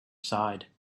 side